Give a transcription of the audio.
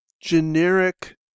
generic